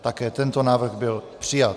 Také tento návrh byl přijat.